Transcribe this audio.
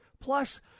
Plus